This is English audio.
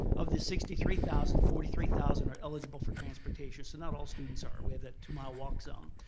of the sixty three thousand, forty three thousand are eligible for transportation, so not all students are. we have that two-mile walk zone.